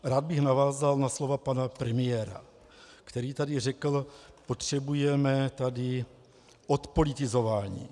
Rád bych navázal na slova pana premiéra, který tady řekl: potřebujeme tady odpolitizování.